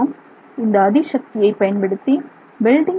இந்த அதிசக்தியை பயன்படுத்தி வெல்டிங் செய்ய முடியும்